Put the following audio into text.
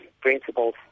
principles